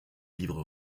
livres